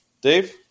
Dave